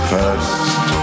First